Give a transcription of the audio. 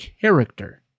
character